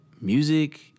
music